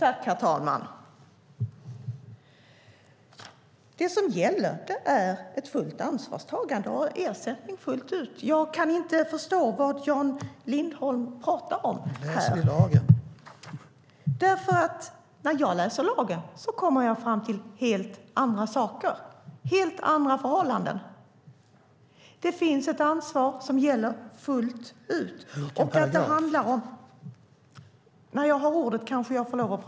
Herr talman! Det som gäller är ett fullt ansvarstagande och ersättning fullt ut. Jag kan inte förstå vad Jan Lindholm pratar om. När jag läser lagen kommer jag fram till helt andra saker och att det råder helt andra förhållanden. Det finns ett ansvar som gäller fullt ut.